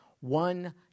One